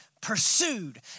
pursued